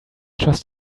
trust